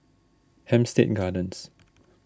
Hampstead Gardens